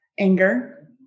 Anger